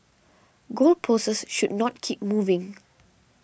goal posts should not keep moving